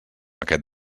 aquest